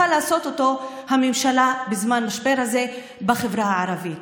בידה של הממשלה לעשות אותו בזמן המשבר הזה בחברה הערבית.